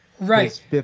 Right